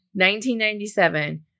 1997